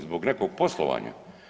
Zbog nekog poslovanja.